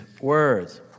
words